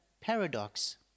paradox